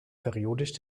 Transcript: periodisch